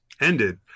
ended